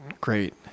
great